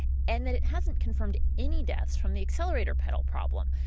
and that it hasn't confirmed any deaths from the accelerator pedal problem.